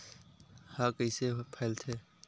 ह कइसे फैलथे?